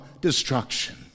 destruction